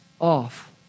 off